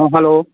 ꯎꯝ hello